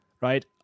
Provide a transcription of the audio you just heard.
Right